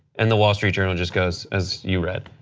and the wall street journal just goes, as you read,